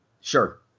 Sure